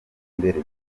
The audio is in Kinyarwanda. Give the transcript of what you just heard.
imbere